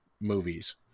movies